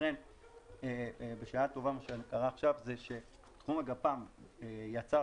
לכן בשעה טובה עכשיו תחום הגפ"ם יצר